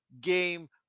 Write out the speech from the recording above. game